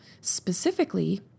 specifically